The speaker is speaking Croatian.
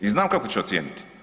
I znam kako će ocijeniti.